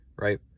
right